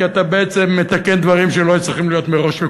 כי אתה מתקן דברים שמראש לא היו צריכים להיות מקולקלים.